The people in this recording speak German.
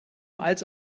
als